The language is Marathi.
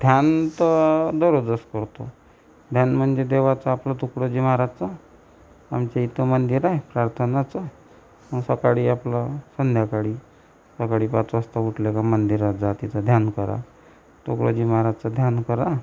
ध्यान तर दररोजच करतो ध्यान म्हणजे देवाचं आपलं तुकडोजी महाराजचं आमच्या इथं मंदिर आहे प्रार्थनाचं सकाळी आपलं संध्याकाळी सकाळी पाच वाजता उठलं का मंदिरात जा तिथं ध्यान करा तुकडोजी महाराजचं ध्यान करा